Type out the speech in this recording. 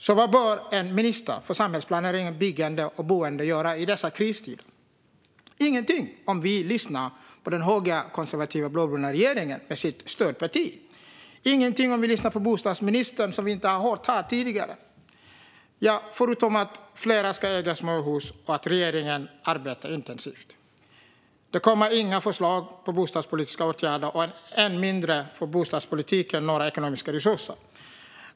Så vad bör en minister för samhällsplanering, byggande och boende göra i dessa kristider? Ingenting - om vi lyssnar på den högerkonservativa blåbruna regeringen med sitt stödparti. Ingenting - om vi lyssnar på bostadsministern - förutom att fler ska äga småhus och att regeringen arbetar intensivt. Det kommer inga förslag på bostadspolitiska åtgärder, och än mindre får bostadspolitiken några ekonomiska resurser.